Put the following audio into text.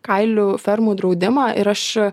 kailių fermų draudimą ir aš